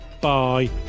bye